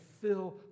fill